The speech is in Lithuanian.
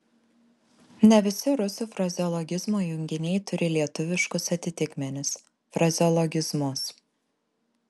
ne visi rusų frazeologizmo junginiai turi lietuviškus atitikmenis frazeologizmus